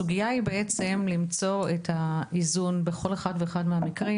בעצם הסוגיה היא למצוא את האיזון בכל אחד ואחד מהמקרים,